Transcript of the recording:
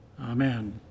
Amen